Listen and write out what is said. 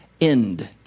end